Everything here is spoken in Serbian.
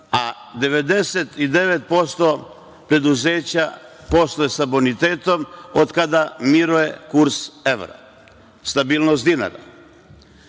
a 99% preduzeća posluje sa bonitetom od kada miruje kurs evra, stabilnost dinara.